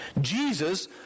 Jesus